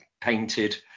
painted